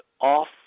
off